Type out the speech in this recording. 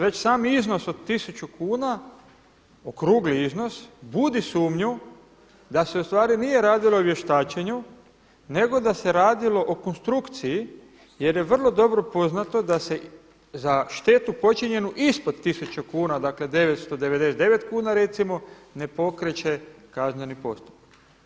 Već sam iznos od 1.000 kuna, okrugli iznos, budi sumnju da se ustvari nije radilo o vještačenju nego se radilo o konstrukciji jer je vrlo dobro poznato da se za štetu počinjenu ispod 1.000 kn, dakle 999 kuna recimo ne pokreće kazneni postupak.